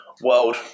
World